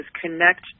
connect